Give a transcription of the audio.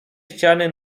ściany